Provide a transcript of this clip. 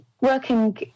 working